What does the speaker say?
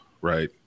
right